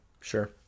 Sure